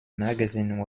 magazine